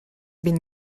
been